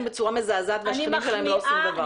בצורה מזעזעת והשכנים שלהם לא עושים דבר.